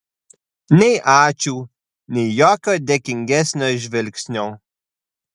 nei ačiū nei jokio dėkingesnio žvilgsnio